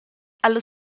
allo